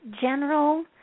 general